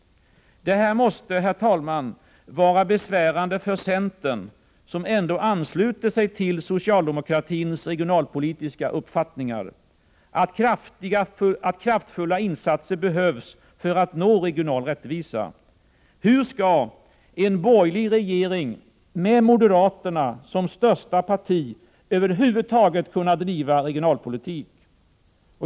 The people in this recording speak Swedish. Det här måste, herr talman, vara besvärande för centern, som ändå ansluter sig till socialdemokratins regionalpolitiska uppfattningar att kraftfulla insatser behövs för att nå regional rättvisa. Hur skall en borgerlig regering med moderaterna som största parti över huvud taget kunna driva regionalpolitik?